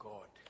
God